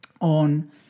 on